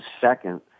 second